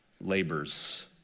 labors